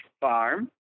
Farm